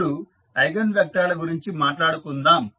ఇప్పుడు eigen vector ల గురించి మాట్లాడుకుందాం